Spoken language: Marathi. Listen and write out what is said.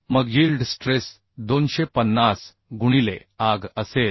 मग यील्ड स्ट्रेस 250 गुणिले Ag असेल